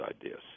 ideas